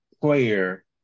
player